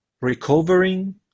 recovering